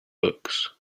books